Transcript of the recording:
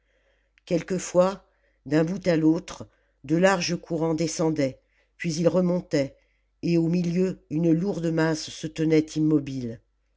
quelquefois d'un bout à l'autre de larges courants descendaient puis ils remontaient et au milieu une lourde masse se tenait immobile